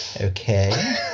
Okay